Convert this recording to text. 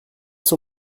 sont